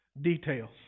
details